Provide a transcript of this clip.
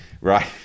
right